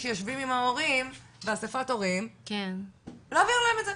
כשיושבים עם ההורים באספת הורים ולהעביר להם את זה,